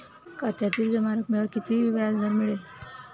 खात्यातील जमा रकमेवर किती व्याजदर मिळेल?